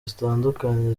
zitandukanye